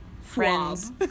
friends